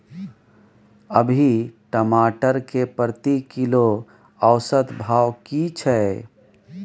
अभी टमाटर के प्रति किलो औसत भाव की छै?